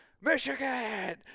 Michigan